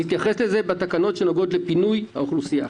נתייחס לזה בתקנות שנוגעות לפינוי האוכלוסייה.